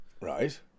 Right